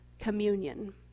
communion